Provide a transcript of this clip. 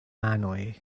manoj